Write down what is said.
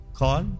call